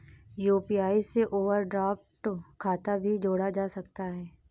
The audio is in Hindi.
यू.पी.आई से ओवरड्राफ्ट खाता भी जोड़ा जा सकता है